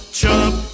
chump